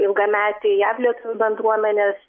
ilgametį jav lietuvių bendruomenės